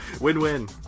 Win-win